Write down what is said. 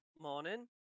morning